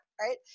Right